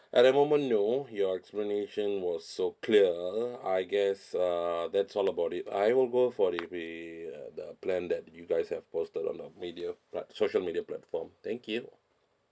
at the moment no your explanation was so clear I guess uh that's all about it I will go for the re~ uh the plan that you guys have posted on the media pla~ social media platform thank you